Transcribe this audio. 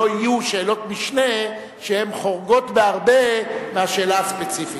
שלא יהיו שאלות-משנה שחורגות בהרבה מהשאלה הספציפית.